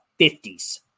50s